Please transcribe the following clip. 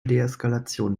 deeskalation